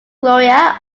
gloria